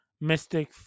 mystic